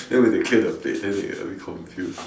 then when they clear the plates then they a bit confused